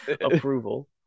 approval